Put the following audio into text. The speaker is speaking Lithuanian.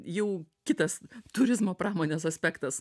jau kitas turizmo pramonės aspektas